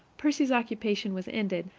percy's occupation was ended,